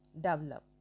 develop